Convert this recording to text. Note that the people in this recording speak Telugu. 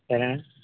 సరేనా